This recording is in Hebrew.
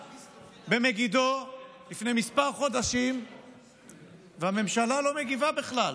במגידו לפני כמה חודשים והממשלה לא מגיבה בכלל,